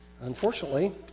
unfortunately